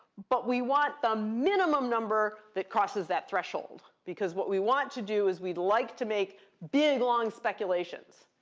but we want the minimum number that crosses that threshold, because what we want to do is we'd like to make big, long speculations.